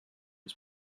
its